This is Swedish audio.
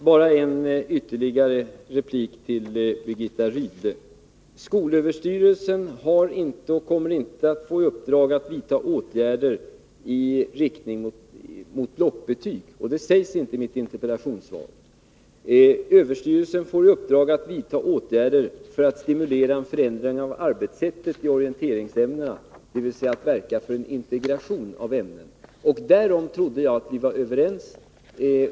Herr talman! Bara ytterligare en replik till Birgitta Rydle: Skolöverstyrelsen har inte och kommer inte att få i uppdrag att vidta åtgärder i riktning mot blockbetyg. Det sägs inte i mitt interpellationssvar. Överstyrelsen får i uppdrag att vidta åtgärder för att stimulera till en förändring av arbetssättet i Nr 15 orienteringsämnena, dvs. att verka för en integration av ämnena. Därom Tisdagen den trodde jag att vi var överens.